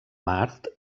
mart